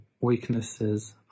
weaknesses